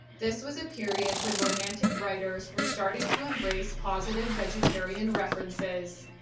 this was a period when romantic writers were starting to embrace positive vegetarian references.